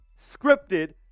scripted